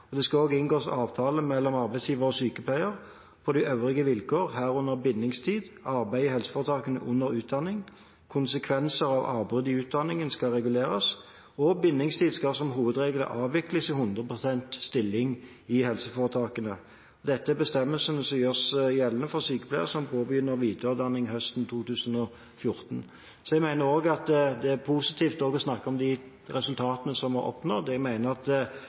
Det skal også inngås avtale mellom arbeidsgiver og sykepleier om de øvrige vilkår, herunder bindingstid, arbeid i helseforetakene under utdanning, konsekvenser ved avbrudd av utdanningen skal reguleres, og bindingstid skal som hovedregel avvikles i 100 pst. stilling i helseforetakene. Dette er bestemmelser som gjøres gjeldende for sykepleiere som påbegynner videreutdanning høsten 2014. Jeg mener det er positivt også å snakke om de resultatene som er oppnådd. Jeg